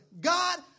God